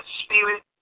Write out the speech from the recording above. spirit